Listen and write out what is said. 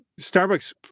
starbucks